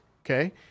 okay